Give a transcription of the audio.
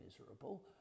miserable